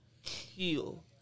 heal